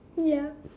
ya